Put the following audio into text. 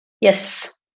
Yes